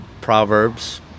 proverbs